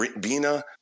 Bina